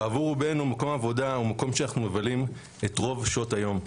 בעבור רובנו מקום העבודה הוא מקום שאנחנו מבלים את רוב שעות היום.